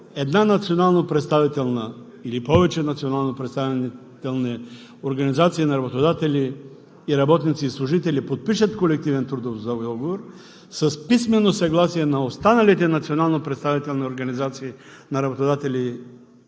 е, че когато една или повече национално представителни организации на работодатели, работници и служители подпишат колективен трудов договор с писмено съгласие на останалите национални представителни организации на работодатели,